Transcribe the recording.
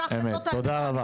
תודה רבה.